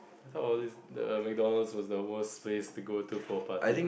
I thought all these the MacDonald's was the worst place to go to for a party